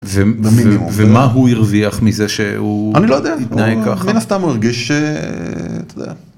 ומה הוא הרוויח מזה שהוא התנהג ככה.